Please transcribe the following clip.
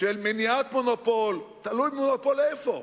של מניעת מונופול, תלוי מונופול איפה?